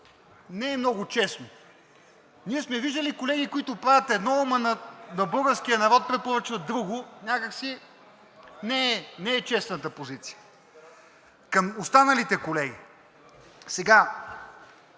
не е много честно. Ние сме виждали колеги, които правят едно, ама на българския народ препоръчват друго. Някак си не е честната позиция. Към останалите колеги.